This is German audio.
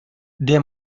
der